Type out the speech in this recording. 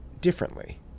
differently